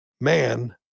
man